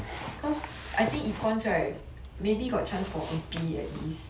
cause I think econs right maybe got chance for a B at least